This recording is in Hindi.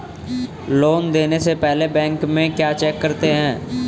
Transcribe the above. लोन देने से पहले बैंक में क्या चेक करते हैं?